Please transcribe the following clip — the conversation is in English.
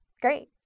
great